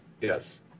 Yes